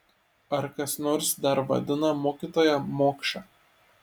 ar kas nors dar vadina mokytoją mokša